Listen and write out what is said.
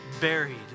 Buried